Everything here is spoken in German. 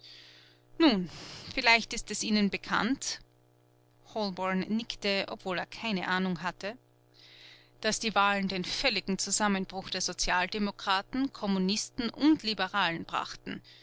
vielleicht ist es ihnen bekannt holborn nickte obwohl er keine ahnung hatte daß die wahlen den völligen zusammenbruch der sozialdemokraten kommunisten und liberalen brachten